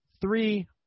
three